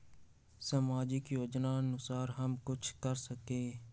सामाजिक योजनानुसार हम कुछ कर सकील?